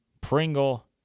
Pringle